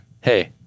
hey